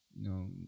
No